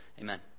Amen